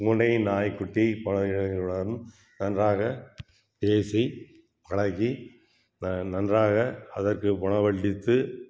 பூனை நாய்க்குட்டி பறவைகளுடன் நன்றாக பேசி பழகி நன்றாக அதற்கு உணவளித்து